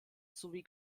sowie